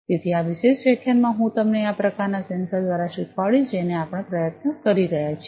તેથી આ વિશેષ વ્યાખ્યાનમાં હું તમને આ પ્રકારના સેન્સર દ્વારા શીખવાડીશ જેનો આપણે પ્રયત્નો કરી રહ્યા છીએ